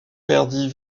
perdit